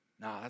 Nah